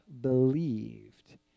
believed